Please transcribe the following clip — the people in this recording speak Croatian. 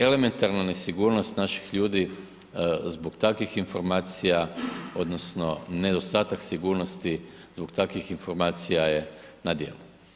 Elementarnu nesigurnost naših ljudi zbog takvih informacija odnosno nedostatak sigurnosti zbog takvih informacija je na djelu.